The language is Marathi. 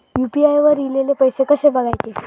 यू.पी.आय वर ईलेले पैसे कसे बघायचे?